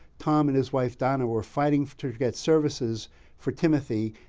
tom and his wife, donna, were fighting to get services for timothy.